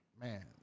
man